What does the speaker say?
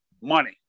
money